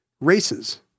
races—